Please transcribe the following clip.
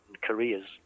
careers